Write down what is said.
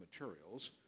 materials